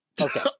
Okay